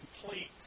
complete